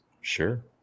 Sure